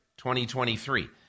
2023